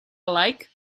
like